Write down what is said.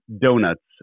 donuts